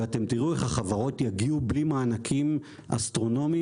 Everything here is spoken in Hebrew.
ואתם תראו איך החברות יגיעו בלי מענקים אסטרונומיים,